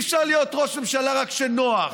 אי-אפשר להיות ראש ממשלה רק כשנוח.